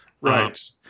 Right